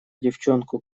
девчонку